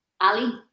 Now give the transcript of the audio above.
Ali